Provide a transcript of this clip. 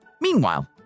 Meanwhile